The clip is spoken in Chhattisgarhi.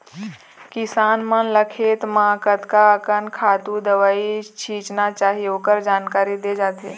किसान मन ल खेत म कतका अकन खातू, दवई छिचना चाही ओखर जानकारी दे जाथे